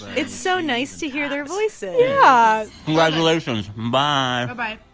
it's so nice to hear their voices yeah congratulations. bye bye-bye